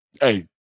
hey